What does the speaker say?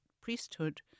priesthood